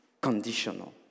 conditional